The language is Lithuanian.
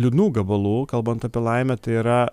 liūdnų gabalų kalbant apie laimę tai yra